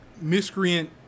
miscreant